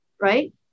right